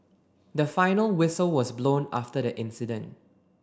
the final whistle was blown after the incident